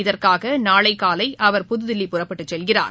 இதற்காக நாளை காலை அவர் புதுதில்லி புறப்பட்டுச் செல்கிறார்